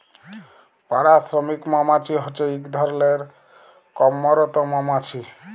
পাড়া শ্রমিক মমাছি হছে ইক ধরলের কম্মরত মমাছি